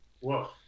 whoa